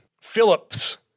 Phillips